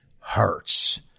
hurts